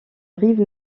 rive